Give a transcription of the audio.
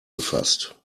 gefasst